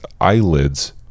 eyelids